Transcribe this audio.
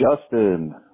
Justin